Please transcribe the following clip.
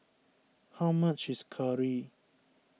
how much is Curry